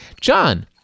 John